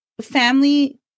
family